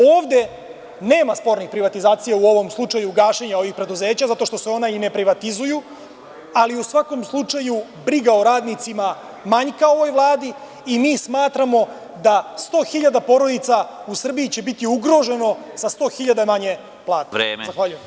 Ovde nema spornih privatizacija, u ovom slučaju gašenja ovih preduzeća, zato što se ona i ne privatizuju, ali u svakom slučaju, briga o radnicima manjka ovoj Vladi i mi smatramo da 100.000 porodica u Srbiji će biti ugroženo sa 100.000 manje plata.